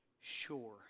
sure